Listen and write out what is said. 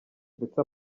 ndetse